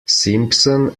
simpson